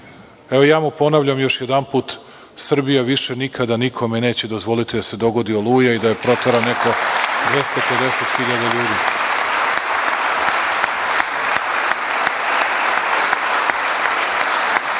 Evo, ja mu ponavljam još jedanput – Srbija više nikada nikome neće dozvoliti da se dogodi „Oluja“ i da protera neko 250 hiljada